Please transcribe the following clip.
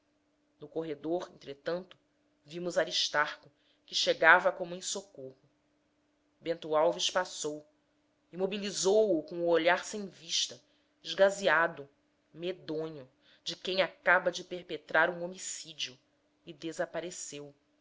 no corredor entretanto vimos aristarco que chegava como em socorro bento alves passou imobilizou o com o olhar sem vista esgazeado medonho de quem acaba de perpetrar um homicídio e desapareceu